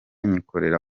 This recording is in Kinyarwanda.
nkikorera